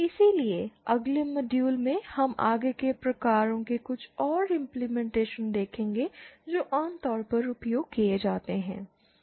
इसलिए अगले मॉड्यूल में हम आगे के प्रकारों के कुछ और इंपलीमेनटेशन देखेंगे जो आमतौर पर उपयोग किए जाते हैं